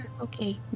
Okay